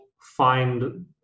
find